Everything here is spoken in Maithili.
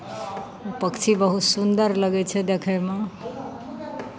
पक्षी बहुत सुन्दर लगै छै देखयमे